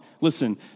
Listen